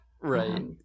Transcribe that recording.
right